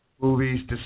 Movies